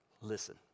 listen